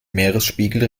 meeresspiegel